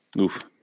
oof